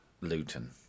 Luton